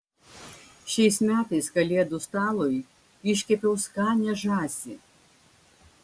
šiais metais kalėdų stalui iškepiau skanią žąsį